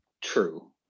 true